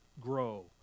grow